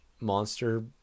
monster